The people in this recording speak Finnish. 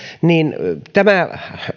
niin tämä